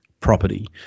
Property